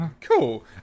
cool